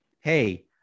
hey